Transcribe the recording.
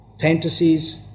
fantasies